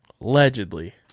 allegedly